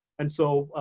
and so,